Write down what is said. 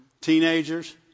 teenagers